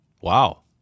Wow